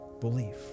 belief